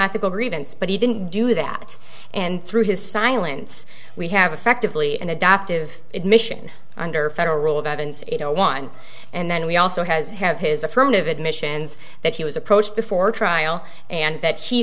ethical grievance but he didn't do that and through his silence we have effectively an adoptive admission under federal rule that and no one and then we also has have his affirmative admissions that he was approached before trial and that she